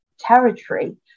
territory